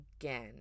again